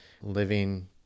living